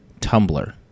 Tumblr